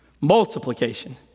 Multiplication